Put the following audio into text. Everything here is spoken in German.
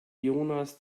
jonas